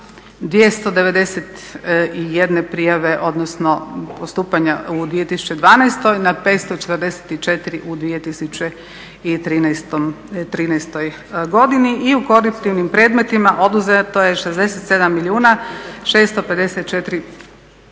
291 prijave odnosno postupanja u 2012. na 544 u 2013. godini i u koruptivnim predmetima oduzeto je 67 milijuna